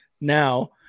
now